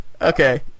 Okay